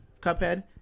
Cuphead